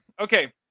Okay